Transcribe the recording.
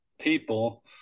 people